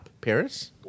Paris